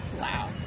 Wow